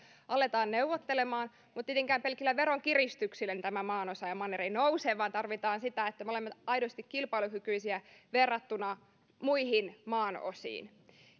aletaan neuvottelemaan mutta tietenkään pelkillä veronkiristyksillä tämä maanosa ja manner ei nouse vaan tarvitaan sitä että me olemme aidosti kilpailukykyisiä verrattuna muihin maanosiin